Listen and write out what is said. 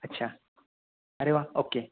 अच्छा अरे वा ओके